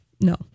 No